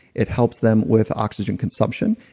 it helps them with oxygen consumption.